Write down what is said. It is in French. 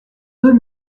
deux